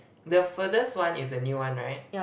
the furthest one is the new one right